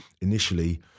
initially